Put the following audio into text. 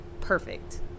perfect